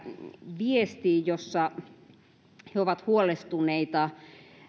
viestiin jossa he ovat huolestuneita